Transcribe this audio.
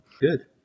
Good